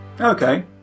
Okay